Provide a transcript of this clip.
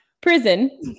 Prison